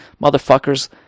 motherfuckers